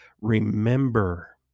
remember